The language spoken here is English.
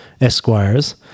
Esquires